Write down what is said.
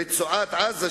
רצועת-עזה,